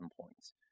points